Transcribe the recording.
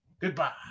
Goodbye